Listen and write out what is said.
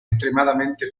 extremadamente